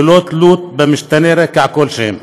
ללא תלות במשתני רקע כלשהם.